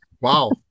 Wow